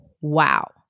wow